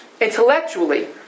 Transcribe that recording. intellectually